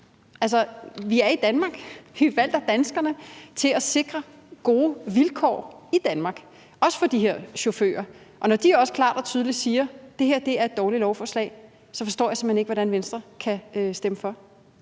Altså, vi er i Danmark, og vi er valgt af danskerne til at sikre gode vilkår i Danmark, også for de her chauffører, og når de også klart og tydeligt siger, at det her er et dårligt lovforslag, forstår jeg simpelt hen ikke, at Venstre kan stemme for.